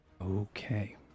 okay